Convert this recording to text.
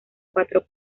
cuatro